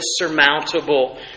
insurmountable